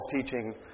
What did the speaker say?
teaching